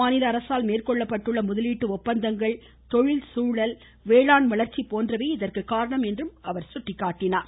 மாநில அரசால் மேற்கொள்ளப்பட்டுள்ள முதலீட்டு ஒப்பந்தங்கள் தொழில்சூழல் வேளாண் வளர்ச்சி போன்றவையே இதற்கு காரணம் என்று குறிப்பிட்டுள்ளார்